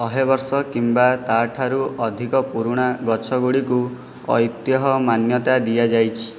ଶହେ ବର୍ଷ କିମ୍ବା ତା'ଠାରୁ ଅଧିକ ପୁରୁଣା ଗଛ ଗୁଡ଼ିକୁ ଐତିହ୍ୟ ମାନ୍ୟତା ଦିଆଯାଇଛି